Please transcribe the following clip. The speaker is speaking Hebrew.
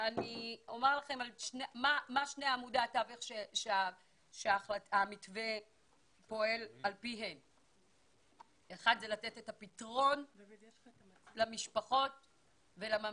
1. לתת את הפתרון למשפחות ולממתינים,